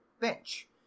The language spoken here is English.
bench